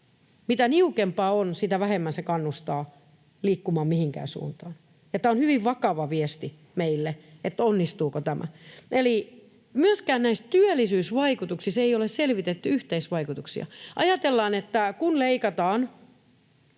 Mitä niukempaa on, sitä vähemmän se kannustaa liikkumaan mihinkään suuntaan. Tämä on hyvin vakava viesti meille, että onnistuuko tämä. Eli myöskään näistä työllisyysvaikutuksista ei ole selvitetty yhteisvaikutuksia. Ajatellaan, että kun leikataan